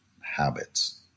habits